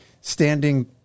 standing